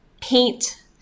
paint